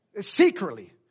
Secretly